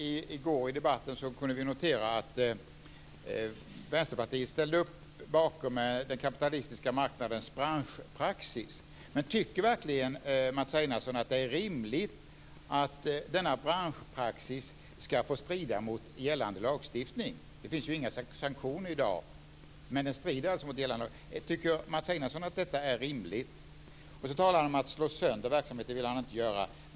I debatten i går kunde vi notera att Vänsterpartiet ställde upp bakom den kapitalistiska marknadens branschpraxis. Men tycker verkligen Mats Einarsson att det är rimligt att denna branschpraxis ska få strida mot gällande lagstiftning? Det finns inga sanktioner i dag, men den strider mot gällande lagstiftning. Tycker Mats Einarsson att detta är rimligt? Han talar om att han inte vill slå sönder verksamheten.